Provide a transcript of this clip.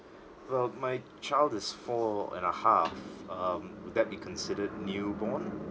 well my child is four and a half um will that be considered newborn